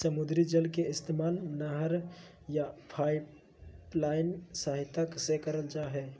समुद्री जल के इस्तेमाल नहर या पाइपलाइन के सहायता से करल जा हय